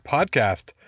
Podcast